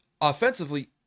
offensively